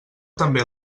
també